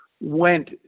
went